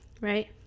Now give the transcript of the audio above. right